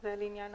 זה לעניין